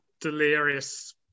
delirious